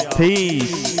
peace